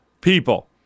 people